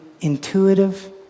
intuitive